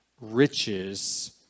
riches